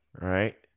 right